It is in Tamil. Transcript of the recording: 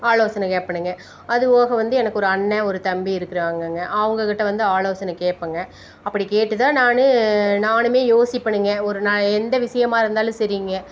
ஆலோசனை கேட்பேனுங்க அது போக வந்து எனக்கு ஒரு அண்ணன் ஒரு தம்பி இருக்கிறாங்கங்க அவங்க கிட்டே வந்து ஆலோசனை கேட்பேங்க அப்படி கேட்டுதான் நான் நானுமே யோசிப்பேனுங்க ஒரு நான் எந்த விஷயமா இருந்தாலும் சரிங்க